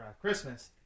Christmas